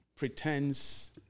Pretends